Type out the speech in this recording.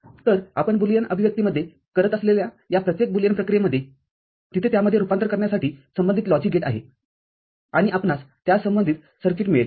तर आपण बुलियन अभिव्यक्तीमध्ये करत असलेल्या या प्रत्येक बुलियन प्रक्रियेमध्ये तिथे त्यामध्ये रुपांतर करण्यासाठी संबंधित लॉजिक गेट आहे आणि आपणास त्यास संबंधित सर्किट मिळेल